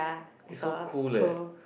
it's so cool leh